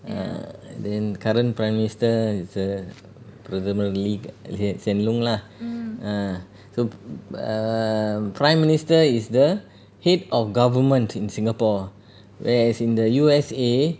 err then current prime minister is the பிரதமர்:pirathamar lee hs~ hsien loong lah ah so b~ err prime minister is the head of government in singapore whereas in the U_S_A